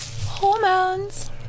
Hormones